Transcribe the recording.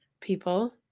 people